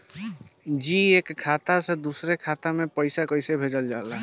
जी एक खाता से दूसर खाता में पैसा कइसे भेजल जाला?